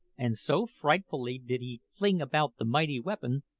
and so frightfully did he fling about the mighty weapon,